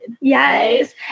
yes